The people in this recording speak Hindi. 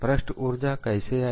पृष्ठ ऊर्जा कैसे आई